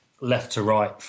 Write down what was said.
left-to-right